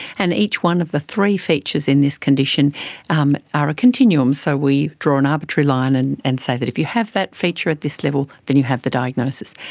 and each one of the three features in this condition um are a continuum. so we draw an arbitrary line and and say that if you have that feature at this level, then you have the diagnosis.